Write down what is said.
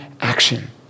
action